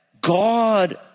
God